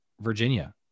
virginia